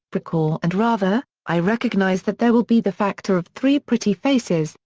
brokaw and rather, i recognize that there will be the factor of three pretty faces,